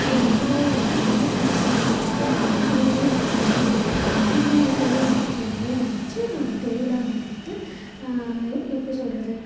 எங்கள் அம்மாவும் வந்துட்டு கொஞ்சம் கஷ்டப்படுற நிலமைல இருந்தாங்க அதனால நான் வந்துட்டு என்ன நினச்சேன் இதுவே நம்ம தொழில் ஆக்கிக்கலாமேன்னு நினச்சி நான் அதை தொழிலா மாற்றிட்டு எப்படி சொல்வது